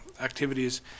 activities